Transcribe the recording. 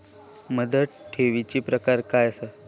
मुदत ठेवीचो प्रकार काय असा?